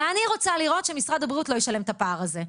ואני רוצה לראות שמשרד הבריאות לא ישלם את הפער הזה,